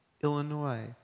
Illinois